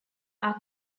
are